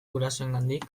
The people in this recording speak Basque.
gurasoengandik